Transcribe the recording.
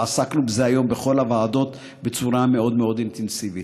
ועסקנו בזה היום בכל הוועדות בצורה מאוד מאוד אינטנסיבית.